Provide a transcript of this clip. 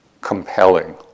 compelling